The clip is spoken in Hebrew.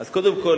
אז קודם כול,